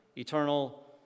eternal